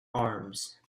arms